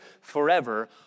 forever